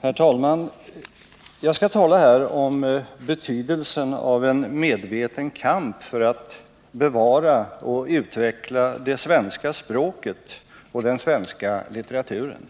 Herr talman! Jag skall här tala om betydelsen av en medveten kamp för att bevara och utveckla det svenska språket och den svenska litteraturen.